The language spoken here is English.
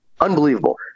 unbelievable